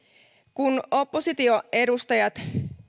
kun opposition edustajat